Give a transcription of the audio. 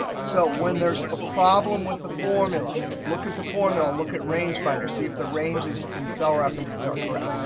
so when there's a problem with the formula, look at the formula. look at range finder. see if the ranges and cell references are correct.